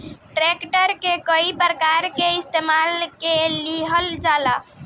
tractor के कई प्रकार के इस्तेमाल मे लिहल जाला